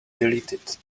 deleted